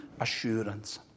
assurance